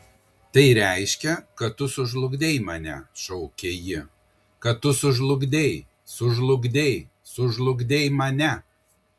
tai reiškia kad tu sužlugdei mane šaukė ji kad tu sužlugdei sužlugdei sužlugdei mane